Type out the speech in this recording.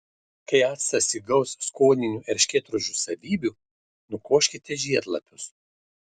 kai actas įgaus skoninių erškėtrožių savybių nukoškite žiedlapius